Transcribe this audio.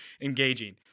engaging